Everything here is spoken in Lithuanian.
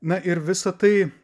na ir visa tai